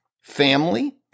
family